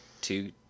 two